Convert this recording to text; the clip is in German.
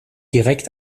direkt